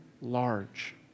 large